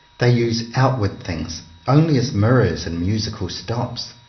they use outward things only as mirrors and musical stops,